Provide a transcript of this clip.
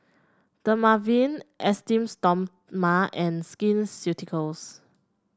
Dermaveen Esteem Stoma and Skin Ceuticals